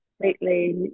completely